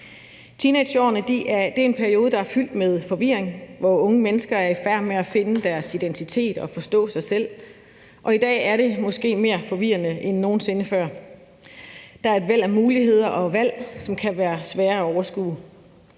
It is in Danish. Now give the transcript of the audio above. Teenageårene er en periode, der er fyldt med forvirring, hvor unge mennesker er i færd med at finde deres identitet og forstå sig selv, og i dag er det måske mere forvirrende end nogen sinde før. Der er et væld af muligheder og valg, som kan være svære at overskue.